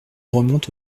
remonte